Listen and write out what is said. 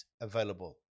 available